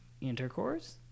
Intercourse